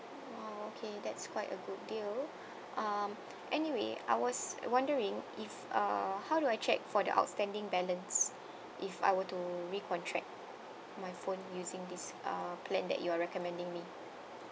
!wow! okay that's quite a good deal um anyway I was wondering if uh how do I check for the outstanding balance if I were to recontract my phone using this uh plan that you're recommending me